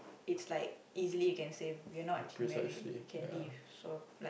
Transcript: it's like easily you can say we're not actually married can leave so like